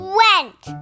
went